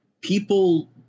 people